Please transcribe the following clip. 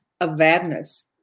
awareness